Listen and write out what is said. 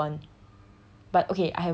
same timetable as everyone